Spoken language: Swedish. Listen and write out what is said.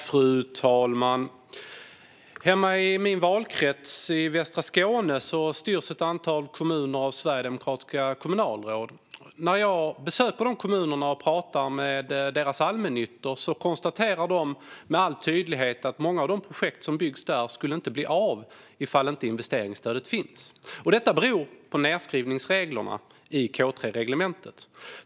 Fru talman! Hemma i min valkrets, västra Skåne, styrs ett antal kommuner av sverigedemokratiska kommunalråd. När jag besöker dessa kommuner och pratar med deras allmännyttor konstaterar de med all tydlighet att många av de projekt som byggs där inte skulle ha blivit av ifall inte investeringsstödet funnits. Detta beror på nedskrivningsreglerna i K3-reglementet.